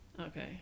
Okay